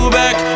back